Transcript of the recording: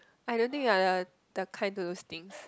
I don't think you're the the kind to lose things